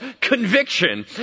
conviction